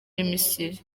misiri